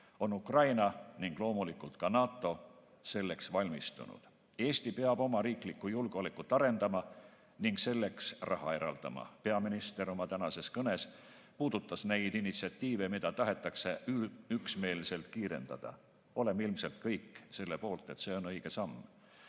on Ukraina ning loomulikult ka NATO selleks valmistunud. Eesti peab oma riiklikku julgeolekut arendama ning selleks raha eraldama. Peaminister oma tänases kõnes puudutas neid initsiatiive, mida tahetakse üksmeelselt kiirendada. Oleme ilmselt kõik selle poolt, et see on õige samm.